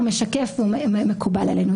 הוא מקובל עלינו.